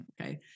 Okay